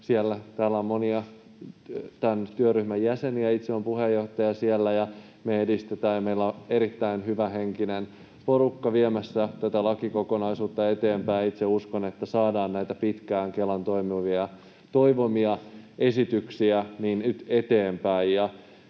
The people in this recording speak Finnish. täällä on monia tämän työryhmän jäseniä. Itse olen puheenjohtaja siellä, ja me edistetään ja meillä on erittäin hyvähenkinen porukka viemässä tätä lakikokonaisuutta eteenpäin. Itse uskon, että saadaan näitä Kelan pitkään toivomia esityksiä nyt eteenpäin